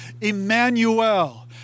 Emmanuel